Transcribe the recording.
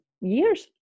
years